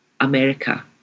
America